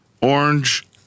orange